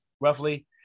roughly